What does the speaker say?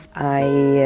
i